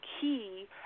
key